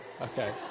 Okay